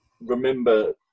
remember